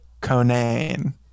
Conan